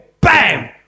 BAM